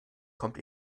kommt